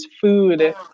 food